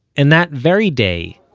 and that very day,